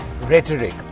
rhetoric